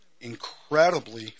incredibly